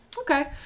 Okay